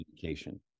communication